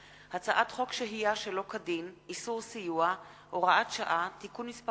הצעת חוק שהייה שלא כדין (איסור סיוע) (הוראות שעה) (תיקון מס'